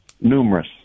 Numerous